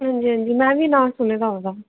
हां जी हां जी मे बी नांऽ सुने दा ओह्दा